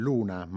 Luna